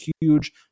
huge